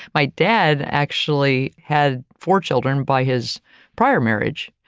my dad actually had four children by his prior marriage.